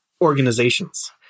organizations